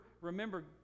remember